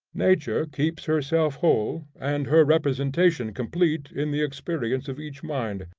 nature keeps herself whole and her representation complete in the experience of each mind.